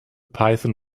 python